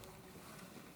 חמש